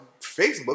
Facebook